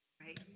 right